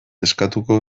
eskatuko